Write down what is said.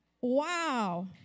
Wow